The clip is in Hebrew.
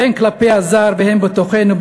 הן כלפי הזר והן בתוכנו,